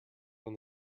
when